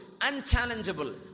Unchallengeable